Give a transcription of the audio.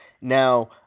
Now